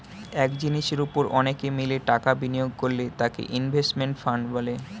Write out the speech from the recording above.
এক জিনিসের উপর অনেকে মিলে টাকা বিনিয়োগ করলে তাকে ইনভেস্টমেন্ট ফান্ড বলে